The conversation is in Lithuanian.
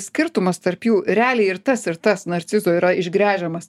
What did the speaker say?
skirtumas tarp jų realiai ir tas ir tas narcizo yra išgręžiamas